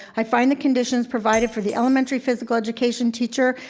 i find the conditions provided for the elementary physical education teacher,